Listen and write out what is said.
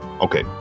Okay